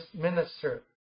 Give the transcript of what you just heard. minister